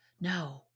No